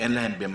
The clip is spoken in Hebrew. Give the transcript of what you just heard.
אין להם במאי,